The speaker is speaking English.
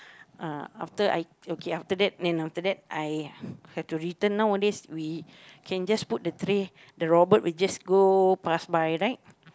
uh after I okay after that then after that I have to return nowadays we can just put the tray the robot will just go pass by right